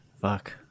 Fuck